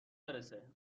برسه